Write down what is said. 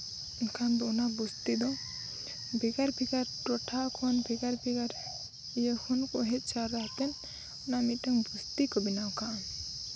ᱮᱱᱠᱷᱟᱱ ᱫᱚ ᱚᱱᱟ ᱵᱚᱥᱛᱤ ᱫᱚ ᱵᱷᱮᱜᱟᱨ ᱵᱷᱮᱜᱟᱨ ᱴᱚᱴᱷᱟ ᱠᱷᱚᱱ ᱵᱷᱮᱜᱟᱨ ᱵᱷᱮᱜᱟᱨ ᱤᱭᱟᱹ ᱠᱷᱚᱱ ᱠᱚ ᱦᱮᱡ ᱡᱟᱣᱨᱟ ᱠᱟᱛᱮ ᱚᱱᱟ ᱢᱤᱫᱴᱟᱝ ᱵᱚᱥᱛᱤ ᱠᱚ ᱵᱮᱱᱟᱣ ᱠᱟᱜᱼᱟ